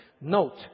Note